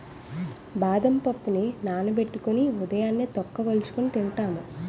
బాదం పప్పుని నానబెట్టుకొని ఉదయాన్నే తొక్క వలుచుకొని తింటాము